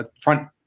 front